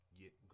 get